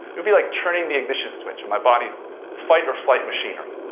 would be like turning the ignition switch in my body's fight-or-flight machinery.